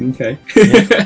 okay